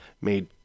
made